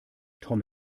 tom